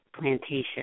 plantation